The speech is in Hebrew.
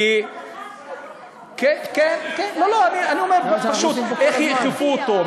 כי, כן, כן, כן, אני אומר בפשטות, איך יאכפו אותו?